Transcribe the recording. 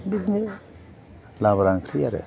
बिदिनो लाब्रा ओंख्रि आरो